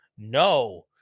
No